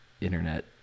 internet